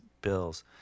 bills